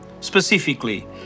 Specifically